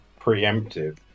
preemptive